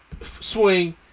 swing